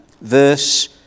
verse